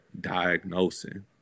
diagnosing